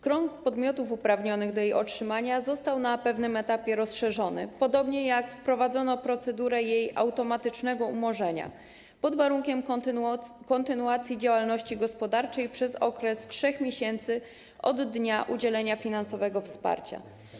Krąg podmiotów uprawnionych do jej otrzymania został na pewnym etapie rozszerzony, podobnie jak wprowadzono procedurę jej automatycznego umorzenia pod warunkiem kontynuacji działalności gospodarczej przez okres 3 miesięcy od dnia udzielenia finansowego wsparcia.